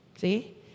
see